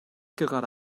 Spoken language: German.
gerade